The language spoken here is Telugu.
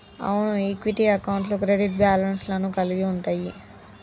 అవును ఈక్విటీ అకౌంట్లు క్రెడిట్ బ్యాలెన్స్ లను కలిగి ఉంటయ్యి